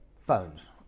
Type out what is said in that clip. phones